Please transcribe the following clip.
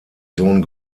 sohn